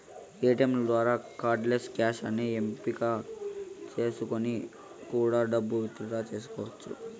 ఏటీయంల ద్వారా cardless cash అనే ఎంపిక చేసుకొని కూడా డబ్బు విత్ డ్రా చెయ్యచ్చు